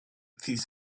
ddydd